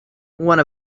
one